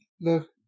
Look